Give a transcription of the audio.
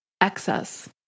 excess